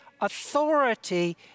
authority